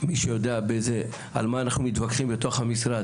מי שיודע על מה אנחנו מתווכחים בתוך המשרד,